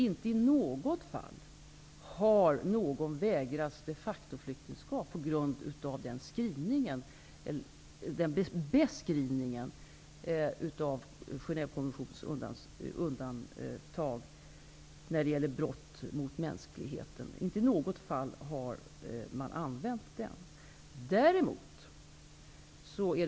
Inte i något fall har någon vägrats de facto-flyktingskap på grund av den beskrivningen av Genèvekonventionens undantag när det gäller brott mot mänskligheten. Man har inte använt den i något fall.